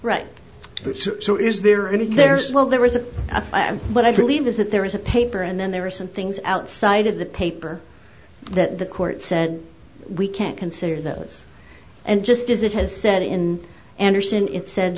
right so is there anything there's well there is a what i believe is that there is a paper and then there are some things outside of the paper that the court said we can consider those and just as it has said in andersen it said